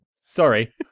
Sorry